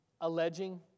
alleging